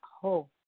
hope